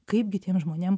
kaipgi tiem žmonėm